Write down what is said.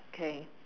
okay